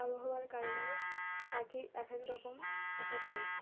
আবহাওয়ার কারণে পাখি এক এক রকম এক এক হয়